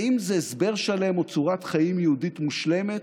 האם זה הסבר שלם או צורת חיים יהודית מושלמת?